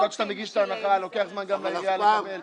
עד שאתה מגיש את ההנחה, לוקח זמן גם לעירייה לקבל.